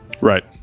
Right